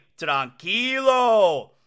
tranquilo